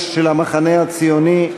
יש, של המחנה הציוני,